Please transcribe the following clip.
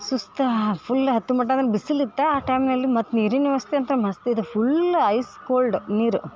ಸುಸ್ತು ಫುಲ್ ಹತ್ತುವ ಮಟನೂ ಬಿಸಿಲು ಇತ್ತು ಆ ಟೈಮ್ನಲ್ಲಿ ಮತ್ತು ನೀರಿನ ವ್ಯವಸ್ಥೆ ಅಂತೂ ಅಲ್ಲಿ ಮಸ್ತ್ ಇದೆ ಫುಲ್ ಐಸ್ ಕೋಲ್ಡ ನೀರು